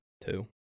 Two